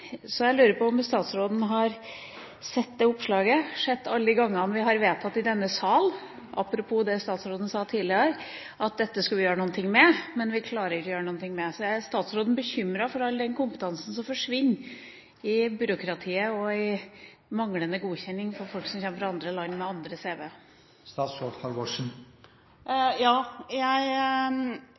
Så jeg lurer på om statsråden har sett det oppslaget, og om hun har sett alle de gangene vi har vedtatt i denne sal – apropos det statsråden sa tidligere – at dette skal vi gjøre noe med. Men vi klarer ikke å gjøre noe med det. Er statsråden bekymret for all den kompetansen som forsvinner i byråkratiet og i mangelen på godkjenning av utdannelsen til folk som kommer fra andre land, med andre CV-er? Jeg